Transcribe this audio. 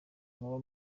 muba